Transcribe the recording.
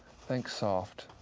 think soft.